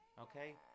Okay